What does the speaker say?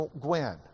Gwen